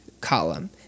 column